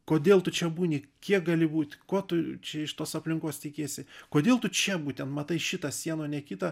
kodėl tu čia būni kiek gali būt ko tu čia iš tos aplinkos tikiesi kodėl tu čia būtent matai šitą sieną o ne kitą